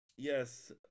Yes